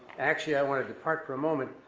actually, i wanted to talk for a moment.